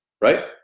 right